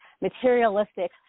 materialistic